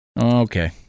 Okay